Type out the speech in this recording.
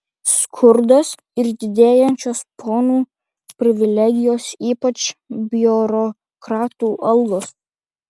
skurdas ir didėjančios ponų privilegijos ypač biurokratų algos